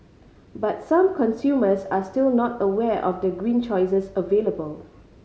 but some consumers are still not aware of the green choices available